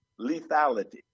lethality